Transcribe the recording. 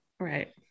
Right